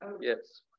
Yes